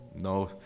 No